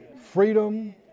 Freedom